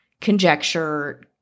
conjecture